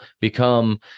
become